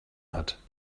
hat